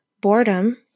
Boredom